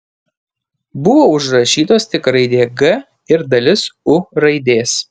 buvo užrašytos tik raidė g ir dalis u raidės